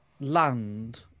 land